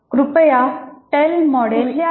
कृपया tail model 1 पहावे